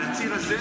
על הציר הזה